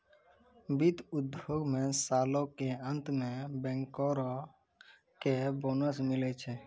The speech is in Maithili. वित्त उद्योगो मे सालो के अंत मे बैंकरो के बोनस मिलै छै